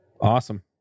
Awesome